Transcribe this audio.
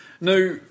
Now